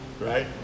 right